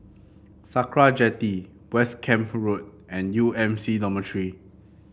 Sakra Jetty West Camp Road and U M C Dormitory